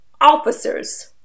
officers